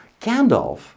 Gandalf